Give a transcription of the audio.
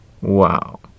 Wow